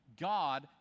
God